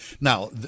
Now